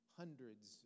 hundreds